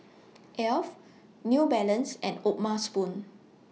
Alf New Balance and O'ma Spoon